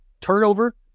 turnover